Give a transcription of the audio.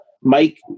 Mike